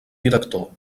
director